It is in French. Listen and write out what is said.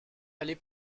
aller